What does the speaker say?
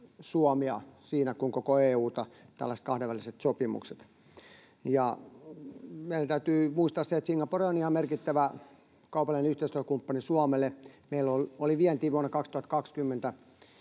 Suomea siinä kuin koko EU:ta. Meidän täytyy muistaa se, että Singapore on ihan merkittävä kaupallinen yhteistyökumppani Suomelle. Meillä oli vientiä vuonna 2020